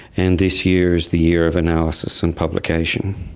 and this year is the year of analysis and publication.